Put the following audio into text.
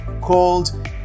called